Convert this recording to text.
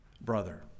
brother